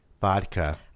vodka